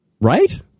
Right